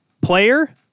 player